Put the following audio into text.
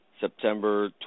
September